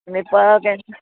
Nepal cancel